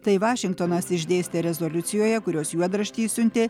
tai vašingtonas išdėstė rezoliucijoje kurios juodraštį išsiuntė